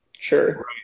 Sure